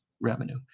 revenue